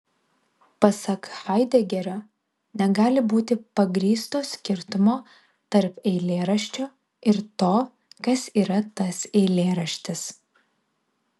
pasak haidegerio negali būti pagrįsto skirtumo tarp eilėraščio ir to kas yra tas eilėraštis